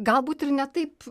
galbūt ir ne taip